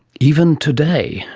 even today.